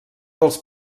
dels